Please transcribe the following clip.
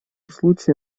случае